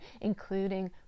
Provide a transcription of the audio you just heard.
including